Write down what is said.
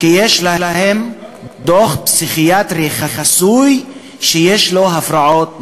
כי יש להם דוח פסיכיאטרי חסוי שיש לו הפרעות נפשיות.